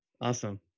Awesome